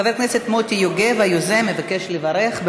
חבר הכנסת מוטי יוגב, היוזם, מבקש לברך.